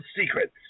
secrets